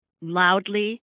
loudly